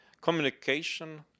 communication